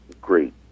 great